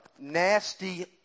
nasty